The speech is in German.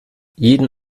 jeden